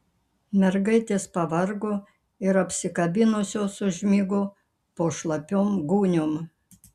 mergaitės pavargo ir apsikabinusios užmigo po šlapiom gūniom